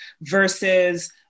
versus